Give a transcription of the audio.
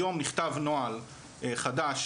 היום נכתב נוהל חדש,